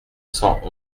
cent